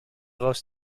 roos